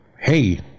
hey